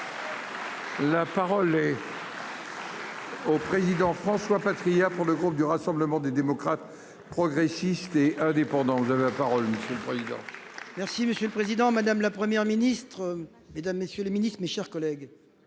à votre place. Président François Patriat pour le groupe du Rassemblement des démocrates, progressistes et indépendants. De parole, monsieur le président. Merci monsieur le président, madame, la Première ministre, mesdames, messieurs les ministres, mes chers collègues.